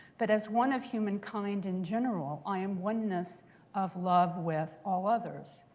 but as one of humankind in general, i am oneness of love with all others.